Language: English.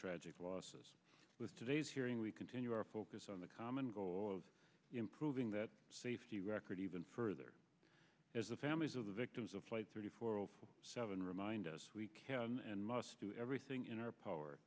tragic losses with today's hearing we continue our focus on the common goal of improving that safety record even further as the families of the victims of flight three hundred seven remind us we can and must do everything in our power